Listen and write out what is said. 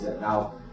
Now